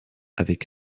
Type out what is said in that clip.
avec